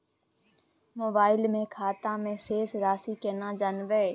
Mobile से खाता में शेस राशि केना जानबे?